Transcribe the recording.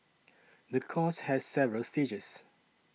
the course has several stages